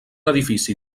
edifici